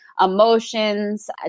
emotions